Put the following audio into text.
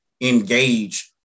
engage